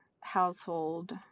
household